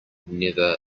never